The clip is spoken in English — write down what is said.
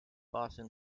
boston